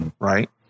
right